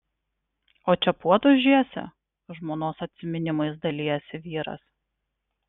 o čia puodus žiesi žmonos atsiminimais dalijasi vyras